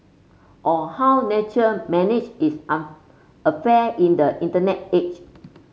on how nation manage its affair in the Internet age